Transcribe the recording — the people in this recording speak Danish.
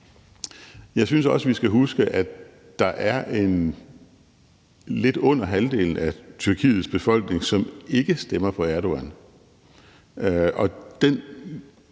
Jeg synes også, vi skal huske, at lidt under halvdelen af Tyrkiets befolkning ikke stemmer på Erdogan,